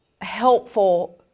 helpful